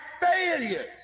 failures